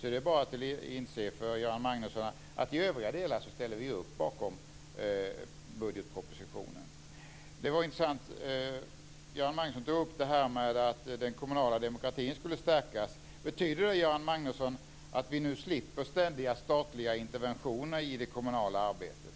Det är bara att inse för Göran Magnusson att i övriga delar ställer vi upp bakom budgetpropositionen. Göran Magnusson tog upp detta att den kommunala demokratin skulle stärkas. Betyder det, Göran Magnusson, att vi nu slipper ständiga statliga interventioner i det kommunala arbetet?